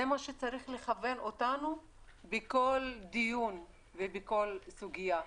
זה מה שצריך לכוון אותנו בכל דיון ובכל סוגיה.